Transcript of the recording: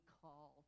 call